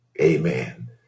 amen